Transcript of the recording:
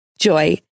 Joy